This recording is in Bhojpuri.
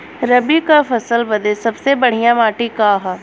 रबी क फसल बदे सबसे बढ़िया माटी का ह?